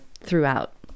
throughout